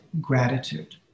gratitude